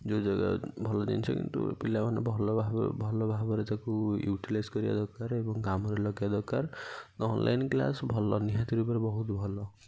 ଯେଉଁ ଜାଗା ଭଲ ଜିନିଷ କିନ୍ତୁ ପିଲାମାନେ ଭଲ ଭାବରେ ଭଲ ଭାବରେ ତାକୁ ୟୁଟିଲାଇଜ କରିବା ଦରକାର ଏବଂ କାମରେ ଲଗେଇବା ଦରକାର ଅନଲାଇନ କ୍ଳାସ ଭଲ ନିହାତି ଭାବରେ ବହୁତ ଭଲ